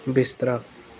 ਬਿਸਤਰਾ